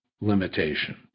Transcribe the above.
limitation